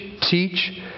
teach